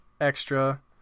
Extra